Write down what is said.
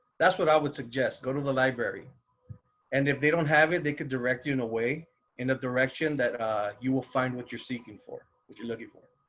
that's what i would suggest, go to the library and if they don't have it, they could direct you in a way in a direction that you will find what you're seeking for what you're looking for.